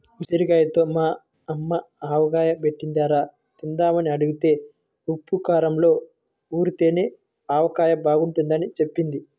ఉసిరిగాయలతో మా యమ్మ ఆవకాయ బెట్టిందిరా, తిందామని అడిగితే ఉప్పూ కారంలో ఊరితేనే ఆవకాయ బాగుంటదని జెప్పింది